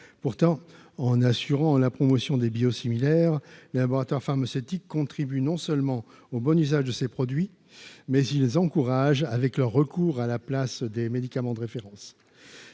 pourtant en assurant la promotion des biosimilaire, les laboratoires pharmaceutiques contribue non seulement au bon usage de ces produits, mais ils les encouragent avec le recours à la place des médicaments de référence